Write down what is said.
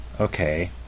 Okay